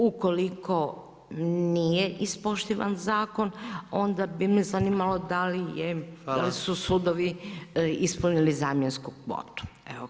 Ukoliko nije ispoštivanja zakon, onda bi me zanimalo, da li su sudovima ispunili zamjensku kvotu.